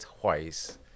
twice